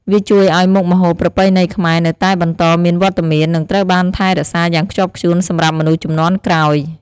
វាជួយឲ្យមុខម្ហូបប្រពៃណីខ្មែរនៅតែបន្តមានវត្តមាន និងត្រូវបានថែរក្សាយ៉ាងខ្ជាប់ខ្ជួនសម្រាប់មនុស្សជំនាន់ក្រោយ។